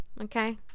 okay